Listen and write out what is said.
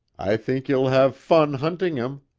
i think you'll have fun hunting him.